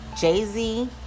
Jay-Z